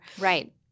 Right